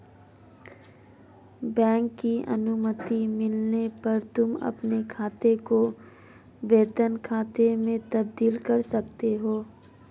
bank की अनुमति मिलने पर तुम अपने खाते को वेतन खाते में तब्दील कर सकते हो